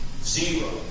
Zero